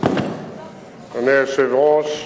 אדוני היושב-ראש,